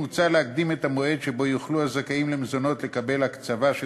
מוצע להקדים את המועד שבו יוכלו הזכאים למזונות לקבל הקצבה של